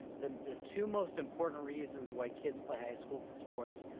the the two most important reasons why kids play high school sports,